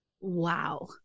Wow